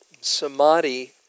Samadhi